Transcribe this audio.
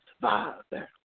Father